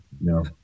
No